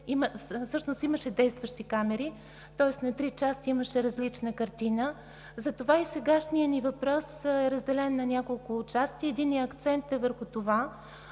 всъщност имаше действащи камери. Тоест на три части имаше различна картина. Затова и сегашният ни въпрос е разделен на няколко части. Единият акцент е: може